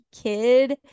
kid